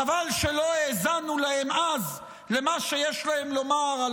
חבל שלא האזנו להם אז למה שהיה להם לומר על